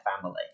family